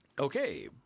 Okay